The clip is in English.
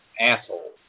assholes